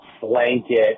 blanket